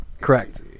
Correct